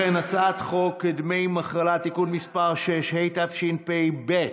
חוק דמי מחלה (תיקון מס' 6), התשפ"ב 2022,